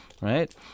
right